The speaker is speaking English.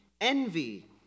Envy